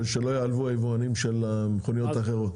ושלא ייעלבו היבואנים של מכוניות אחרות,